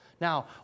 Now